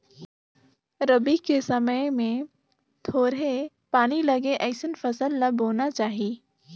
रबी के समय मे थोरहें पानी लगे अइसन फसल ल बोना चाही